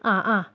ആ ആ